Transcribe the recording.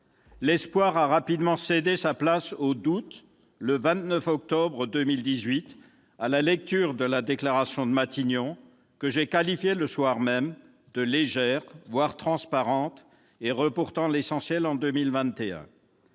l'espoir a rapidement cédé la place au doute le 29 octobre 2018, à la lecture de la déclaration de Matignon, que j'ai qualifiée le soir même, de « légère, voire transparente »; elle reporte l'essentiel en 2021.